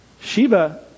Sheba